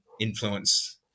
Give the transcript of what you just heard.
influence